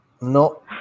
No